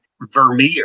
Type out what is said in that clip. Vermeer